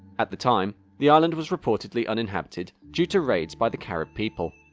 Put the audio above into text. at the time, the island was reportedly uninhabited due to raids by the carib people.